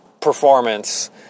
performance